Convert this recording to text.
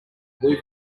blue